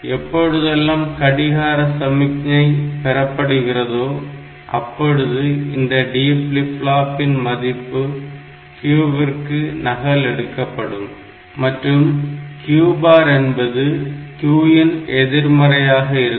எப்பொழுதெல்லாம் கடிகார சமிக்ஞை பெறப்படுகிறதோ அப்பொழுது இந்த D இன் மதிப்பு Q ற்கு நகல் எடுக்கப்படும் மற்றும் Q பார் என்பது Q இன் எதிர்மறையாக இருக்கும்